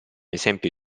esempio